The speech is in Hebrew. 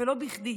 ולא בכדי,